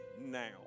now